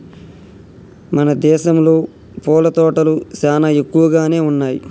మన దేసంలో పూల తోటలు చానా ఎక్కువగానే ఉన్నయ్యి